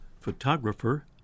Photographer